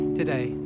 today